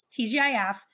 TGIF